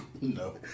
No